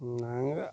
நாங்கள்